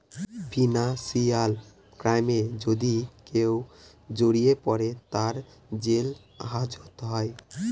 financial ক্রাইমে যদি কেউ জড়িয়ে পরে, তার জেল হাজত হয়